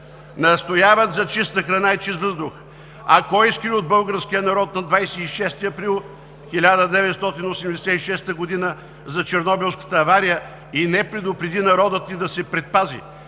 Настояват за чиста храна и чист въздух! А кой скри от българския народ на 26 април 1986 г. за Чернобилската авария и не предупреди народа ни да се предпази?